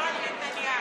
זה לא רק נתניהו.